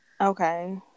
Okay